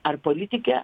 ar politikę